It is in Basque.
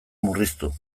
murriztu